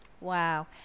Wow